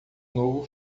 novo